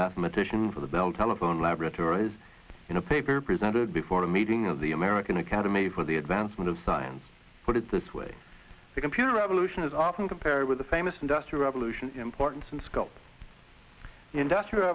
mathematician for the bell telephone laboratories in a paper presented before a meeting of the american academy for the advancement of science put it this way the computer revolution is often compare with the famous industrial revolution importance and scope industrial